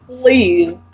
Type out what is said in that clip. please